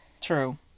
True